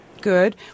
Good